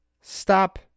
stop